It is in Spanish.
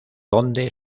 donde